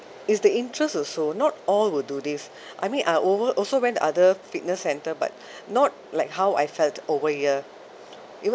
it's the interest also not all will do this I mean I over also went to other fitness centre but not like how I felt over here even